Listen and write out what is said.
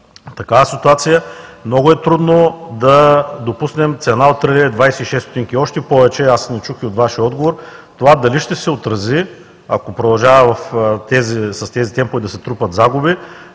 такава ситуация много е трудно да допуснем цена от 3 лв. и 26 лв. Още повече аз не чух от Вашия отговор това дали ще се отрази ако продължава с тези темпове да се трупат загуби